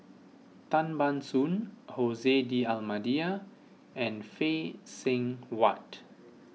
Tan Ban Soon Jose D'Almeida and Phay Seng Whatt